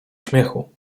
śmiechu